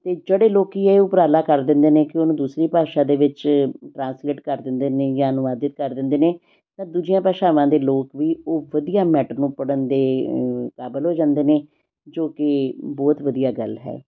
ਅਤੇ ਜਿਹੜੇ ਲੋਕ ਇਹ ਉਪਰਾਲਾ ਕਰ ਦਿੰਦੇ ਨੇ ਕਿ ਉਸ ਨੂੰ ਦੂਸਰੀ ਭਾਸ਼ਾ ਦੇ ਵਿੱਚ ਟ੍ਰਾਂਸਲੇਟ ਕਰ ਦਿੰਦੇ ਨੇ ਜਾਂ ਅਨੁਵਾਦਿਤ ਕਰ ਦਿੰਦੇ ਨੇ ਤਾਂ ਦੂਜੀਆਂ ਭਾਸ਼ਾਵਾਂ ਦੇ ਲੋਕ ਵੀ ਉਹ ਵਧੀਆ ਮੈਟਰ ਨੂੰ ਪੜ੍ਹਨ ਦੇ ਕਾਬਿਲ ਹੋ ਜਾਂਦੇ ਨੇ ਜੋ ਕਿ ਬਹੁਤ ਵਧੀਆ ਗੱਲ ਹੈ